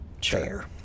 chair